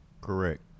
Correct